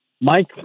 Mike